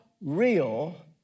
real